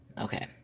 okay